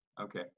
okay